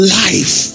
life